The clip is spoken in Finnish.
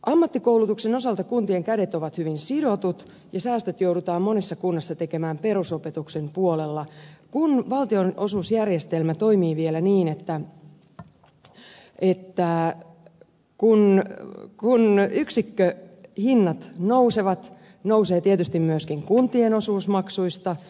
ammattikoulutuksen osalta kuntien kädet ovat hyvin sidotut ja säästöt joudutaan monessa kunnassa tekemään perusopetuksen puolella kun valtionosuusjärjestelmä toimii vielä niin että kun yksikköhinnat nousevat nousee tietysti myöskin kuntien osuus maksuista